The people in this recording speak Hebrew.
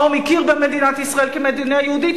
האו"ם הכיר במדינת ישראל כמדינה יהודית,